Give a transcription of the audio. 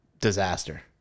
disaster